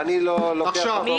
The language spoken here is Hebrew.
ואני מוחה על זה.